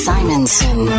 Simonson